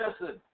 listen